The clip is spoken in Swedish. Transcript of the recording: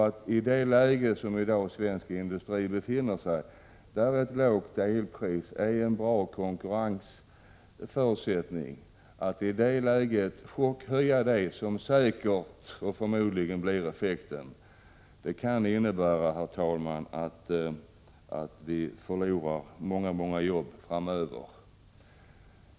Att i det läge som svensk industri i dag befinner sig i, där ett lågt energipris är en konkurrensförutsättning, chockhöja elpriset, det kan innebära att vi förlorar många många jobb framöver.